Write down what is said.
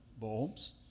bulbs